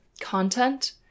content